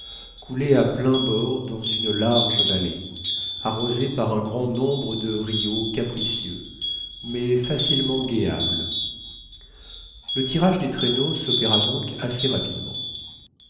coulait à pleins bords dans une large vallée arrosée par un grand nombre de rios capricieux mais facilement guéables le tirage des traîneaux s'opéra donc assez rapidement